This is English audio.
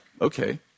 okay